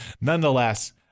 nonetheless